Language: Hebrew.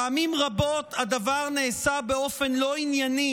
פעמים רבות הדבר נעשה באופן לא ענייני,